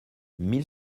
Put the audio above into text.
mille